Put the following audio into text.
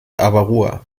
avarua